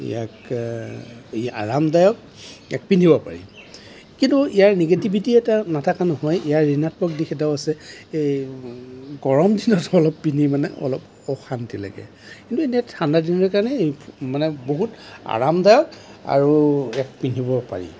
ইয়াক ই আৰামদায়ক ইয়াক পিন্ধিব পাৰি কিন্তু ইয়াৰ নিগেটিভিটি এটা নথকা নহয় ইয়াৰ ঋণাত্মক দিশ এটাও আছে এই গৰম দিনত অলপ পিন্ধি মানে অলপ অশান্তি লাগে কিন্তু এতিয়া ঠাণ্ডা দিনৰ কাৰণে মানে বহুত আৰামদায়ক আৰু ইয়াক পিন্ধিব পাৰি